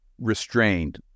restrained